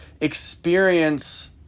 experience